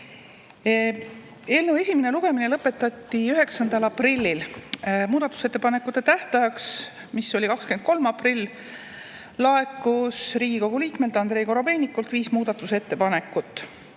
Eelnõu esimene lugemine lõpetati 9. aprillil. Muudatusettepanekute tähtajaks, 23. aprilliks laekus Riigikogu liikmelt Andrei Korobeinikult viis muudatusettepanekut.